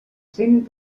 cent